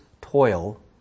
toil